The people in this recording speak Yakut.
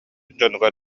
дьонугар